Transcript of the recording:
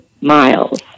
miles